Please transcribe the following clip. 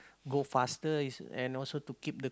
go faster is and also to keep the